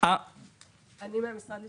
על